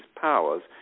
powers